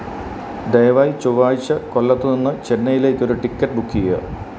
ദയവായി ചൊവ്വാഴ്ച കൊല്ലത്തു നിന്ന് ചെന്നൈയിലേക്ക് ഒരു ടിക്കറ്റ് ബുക്ക് ചെയ്യുക